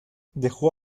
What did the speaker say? dejó